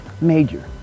major